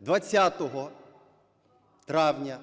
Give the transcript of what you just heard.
20 травня